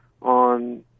on